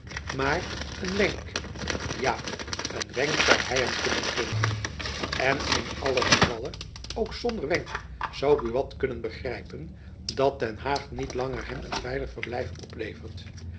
maar een wenk ja een wenk zoû hy hem kunnen geven en in allen gevalle ook zonder wenk zoû buat kunnen begrijpen dat den haag niet langer hem een veilig verblijf oplevert